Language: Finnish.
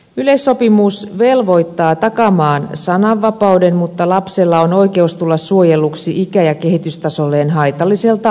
yleissopimus velvoittaa takaamaan sananvapauden mutta lapsella on oikeus tulla suojelluksi ikä ja kehitystasolleen haitalliselta aineistolta